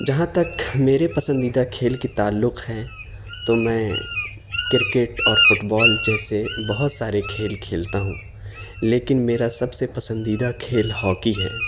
جہاں تک میرے پسندیدہ کھیل کے تعلق ہے تو میں کرکٹ اور فٹ بال جیسے بہت سارے کھیل کھیلتا ہوں لیکن میرا سب سے پسندیدہ کھیل ہاکی ہے